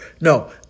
No